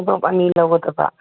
ꯈꯨꯗꯣꯞ ꯑꯅꯤ ꯂꯧꯒꯗꯕ